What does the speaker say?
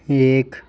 ایک